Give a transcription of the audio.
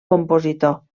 compositor